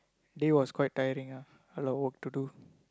day was quite tiring ah a lot of work to do